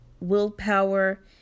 willpower